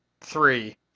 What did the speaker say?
three